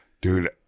dude